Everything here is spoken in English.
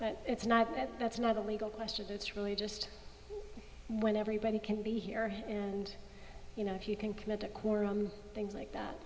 but it's not that's not a legal question it's really just when everybody can be here and you know if you can commit a quorum things like